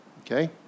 okay